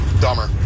dumber